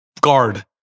guard